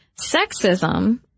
sexism